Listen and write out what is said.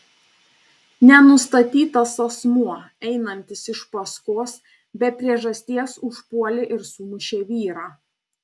nenustatytas asmuo einantis iš paskos be priežasties užpuolė ir sumušė vyrą